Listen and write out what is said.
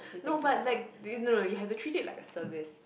no but like no no you have to treat it like a service